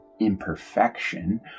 imperfection